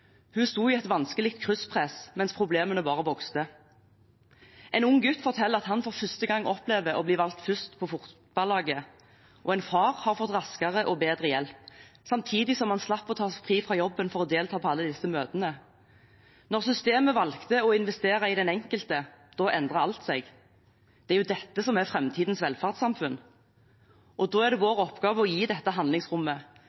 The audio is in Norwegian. Hun stod i et vanskelig krysspress mens problemene bare vokste. En ung gutt forteller at han for første gang opplever å bli valgt først på fotballaget, og en far har fått raskere og bedre hjelp, samtidig som han slapp å ta seg fri fra jobben for å delta på alle disse møtene. Da systemet valgte å investere i den enkelte, endret alt seg. Det er jo dette som er framtidens velferdssamfunn. Da er det